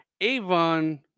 avon